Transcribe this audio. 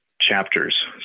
chapters